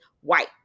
white